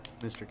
Mr